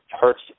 hurts